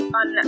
on